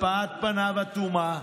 הבעת פניו אטומה,